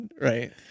right